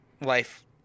life